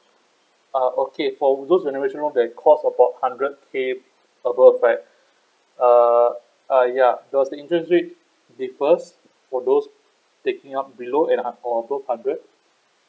ah okay for those renovation loan that cost about hundred K above right uh uh ya does the interest rate differs for those taking up below and or above hundred